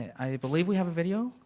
i believe we have a video,